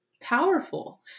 powerful